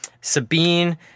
Sabine